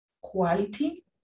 Quality